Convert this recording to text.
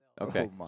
Okay